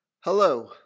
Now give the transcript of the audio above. Hello